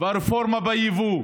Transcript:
והרפורמה ביבוא,